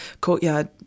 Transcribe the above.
courtyard